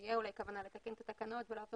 תהיה אולי כוונה לתקן את התקנות ולהפוך